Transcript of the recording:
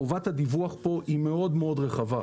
חובת הדיווח כאן היא מאוד מאוד רחבה,